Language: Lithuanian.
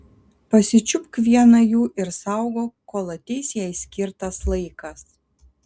pasičiupk vieną jų ir saugok kol ateis jai skirtas laikas